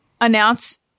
announce